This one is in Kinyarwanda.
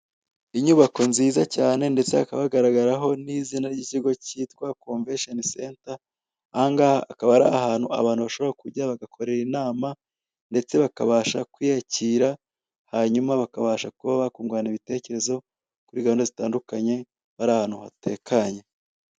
Inyubako nziza cyane ndeste hakaba hagaragaraho n'izina ry'ikigo kitwa komveshoni senta, ahangaha akaba ari ahantu abantu bashobora kujya bagakorera inama ndetse bakabasha kwiyakira hanyuma bakabasha kuba bakungurana ibitekerezo kuri gahunda zitandukanye akaba ari ahantu hatekanye.